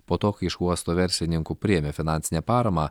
po to kai iš uosto verslininkų priėmė finansinę paramą